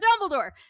dumbledore